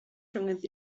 rhwng